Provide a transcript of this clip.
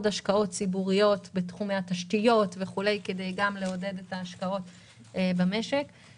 השקעות ציבוריות בתחומי התשתיות וכולי כדי לעודד את ההשקעות במשק.